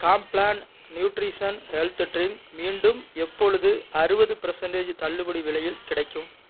Complan nutrition health drink மீண்டும் எப்பொழுது அறுபது பிரசன்டேஜ் தள்ளுபடி விலையில் கிடைக்கும்